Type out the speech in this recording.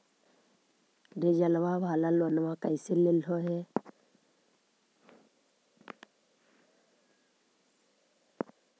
डीजलवा वाला लोनवा कैसे लेलहो हे?